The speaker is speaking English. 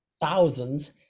thousands